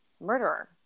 murderer